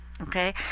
okay